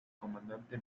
comandante